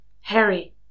Harry